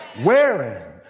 wearing